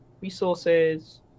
resources